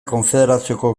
konfederazioko